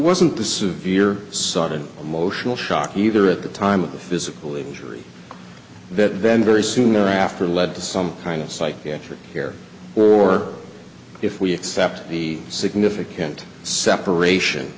wasn't the severe sort of emotional shock either at the time of the physical injury that then very soon after led to some kind of psychiatric care or if we accept the significant separation